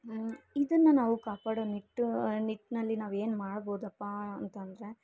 ಇದನ್ನು ನಾವು ಕಾಪಾಡೋ ನಿಟ್ಟೂ ನಿಟ್ಟಿನಲ್ಲಿ ನಾವೇನು ಮಾಡ್ಬೋದಪ್ಪ ಅಂತಂದ್ರೆ